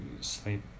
sleep